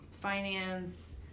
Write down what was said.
finance